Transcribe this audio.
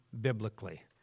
biblically